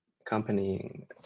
accompanying